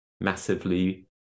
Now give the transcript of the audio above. massively